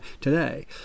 today